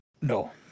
No